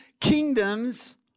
kingdoms